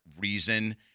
reason